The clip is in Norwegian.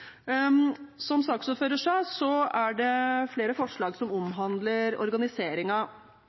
Som saksordføreren sa, er det flere forslag som omhandler